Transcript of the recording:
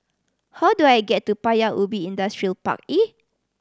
how do I get to Paya Ubi Industrial Park E